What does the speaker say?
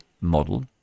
model